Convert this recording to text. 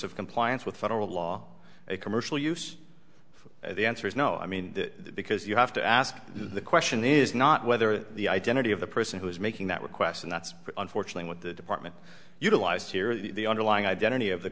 of compliance with federal law a commercial use if the answer is no i mean because you have to ask the question is not whether the identity of the person who is making that request and that's unfortunately what the department utilized here the underlying identity of the